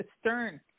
stern